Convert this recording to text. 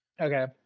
Okay